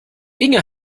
inge